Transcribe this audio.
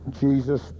Jesus